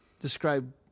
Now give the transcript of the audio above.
Describe